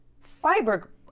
fiber